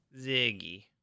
Ziggy